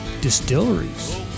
distilleries